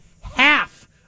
half